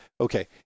okay